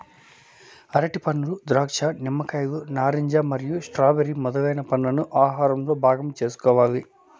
అరటిపండ్లు, ద్రాక్ష, నిమ్మకాయలు, నారింజ మరియు స్ట్రాబెర్రీ మొదలైన పండ్లను ఆహారంలో భాగం చేసుకోవాలి